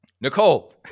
Nicole